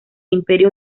imperio